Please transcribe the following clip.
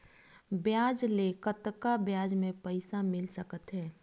बजार ले कतका ब्याज म पईसा मिल सकत हे?